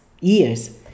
years